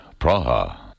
Praha